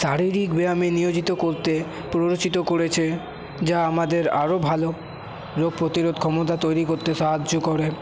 শারীরিক ব্যায়ামে নিয়োজিত করতে প্ররোচিত করেছে যা আমাদের আরো ভালো রোধ প্রতিরোধ ক্ষমতা তৈরি করতে সাহায্য করে